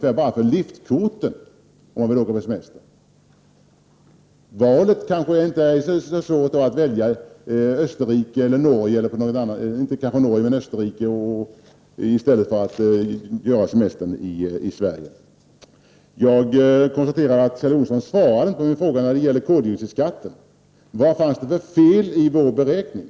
på bara skidliftkortet om de åker dit på skidsemester. Valet kanske blir Österrike i stället för att fira semester i Sverige. Jag konstaterar att Kjell Nordström inte svarade på min fråga om koldioxidskatten. Vad var det för fel i vår beräkning?